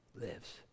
lives